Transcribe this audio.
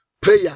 prayer